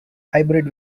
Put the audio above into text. hybrid